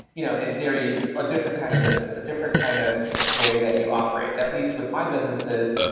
you know in theory, a different kind of business, a different kind of way that you operate. at least with my businesses,